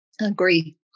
agree